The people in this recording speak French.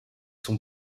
sont